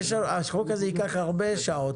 החוק הזה ייקח הרבה שעות.